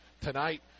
tonight